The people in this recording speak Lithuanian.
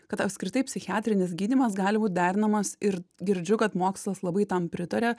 kad apskritai psichiatrinis gydymas gali būt derinamas ir girdžiu kad mokslas labai tam pritaria